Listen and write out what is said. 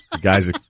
guy's